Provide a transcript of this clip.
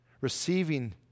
receiving